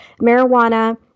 marijuana